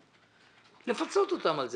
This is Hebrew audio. צריך לפצות אותם על כך.